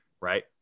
right